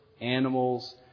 animals